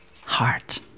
heart